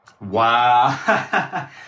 wow